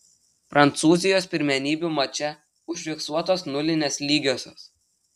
prancūzijos pirmenybių mače užfiksuotos nulinės lygiosios